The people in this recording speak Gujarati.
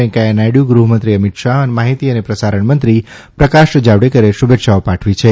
વેકૈંચા નાયડુ ગૃહમંત્રી અમિત શાહ અને માહિતી અને પ્રસારણ મંત્રી પ્રકાશ જાવડેકરે શુભેચ્છાઓ પાઠવી છે